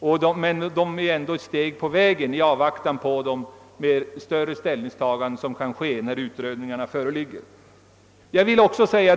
Det skulle ändå bli ett steg på vägen i avvaktan på ett beslut av större format när utredningarna är klara.